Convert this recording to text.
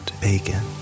bacon